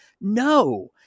no